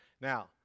Now